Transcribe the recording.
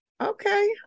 Okay